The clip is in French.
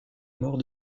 mort